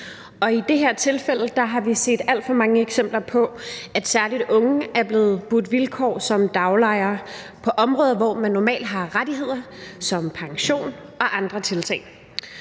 i det her tilfælde har vi set alt for mange eksempler på, at særlig unge er blevet budt vilkår som daglejere på områder, hvor man normalt har rettigheder som pension og andre tiltag.